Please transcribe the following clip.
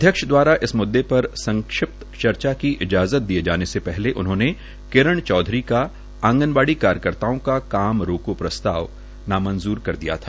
अध्यक्ष द्वारा इस मुद्दे पर संक्षिप्त चर्चा की इजाज़त दिये जाने से पहले उन्होंने किरण चौधरी चौधरी का आंगनवाड़ी कार्यकर्ताओं का काम रोको प्रस्ताव नामंजूर कर दिया था